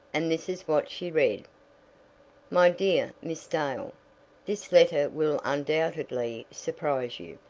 and this is what she read my dear miss dale this letter will undoubtedly surprise you.